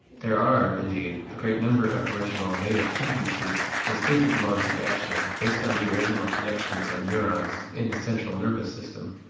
there are, indeed, a great number of original native tendencies, instinctive modes of action, based on the original connections of neurones in the central nervous system.